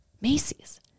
Macy's